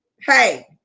Hey